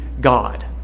God